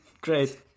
Great